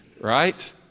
right